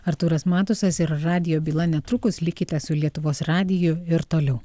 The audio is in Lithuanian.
artūras matusas ir radijo byla netrukus likite su lietuvos radiju ir toliau